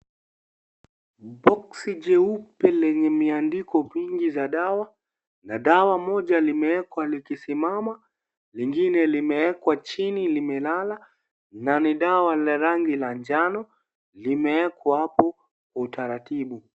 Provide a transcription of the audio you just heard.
Boksi jeupe lenye miandiko kwingi za dawa, na dawa moja limewekwa likisimama, lingine limewekwa chini limelala, na ni dawa la rangi la njano, limewekwa hapo kwa utaratibu.